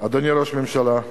אדוני ראש הממשלה.